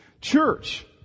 church